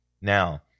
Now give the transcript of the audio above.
Now